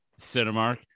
Cinemark